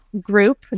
Group